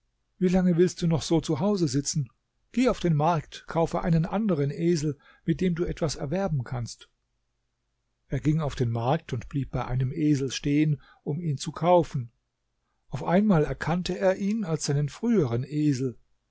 wie lange willst du noch so zu hause sitzen geh auf den markt kaufe einen anderen esel mit dem du etwas erwerben kannst er ging auf den markt und blieb bei einem esel stehen um ihn zu kaufen auf einmal erkannte er ihn als seinen früheren esel